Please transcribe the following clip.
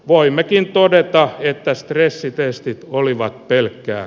voimmekin todeta että stressitestit olivat pelkkää